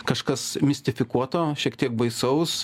kažkas mistifikuoto šiek tiek baisaus